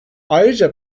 ayrıca